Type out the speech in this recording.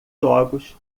jogos